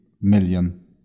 million